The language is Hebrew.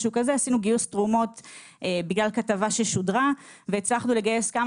גיוס תרומות בעקבות כתבה ששודרה והצלחנו לגייס כמה